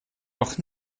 noch